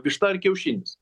višta ar kiaušinis